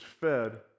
fed